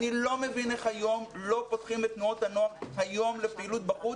אני לא מבין איך היום לא פותחים את תנועות הנוער היום לפעילות בחוץ,